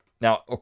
Now